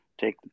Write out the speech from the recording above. take